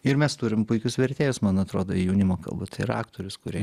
ir mes turim puikius vertėjus man atrodo į jaunimo kalbą tai yra aktorius kurie